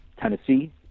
Tennessee